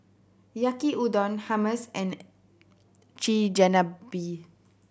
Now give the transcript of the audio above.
Yaki Udon Hummus and Chigenabe